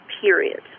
period